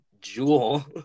Jewel